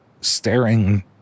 staring